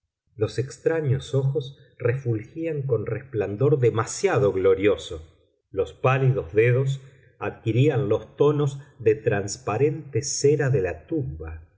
los extraños ojos refulgían con resplandor demasiado glorioso los pálidos dedos adquirían los tonos de transparente cera de la tumba